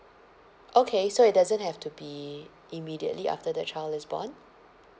okay so it doesn't have to be immediately after the child is born